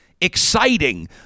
exciting